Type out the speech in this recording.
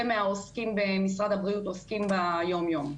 מהעוסקים במשרד הבריאות עוסקים ביום יום.